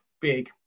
big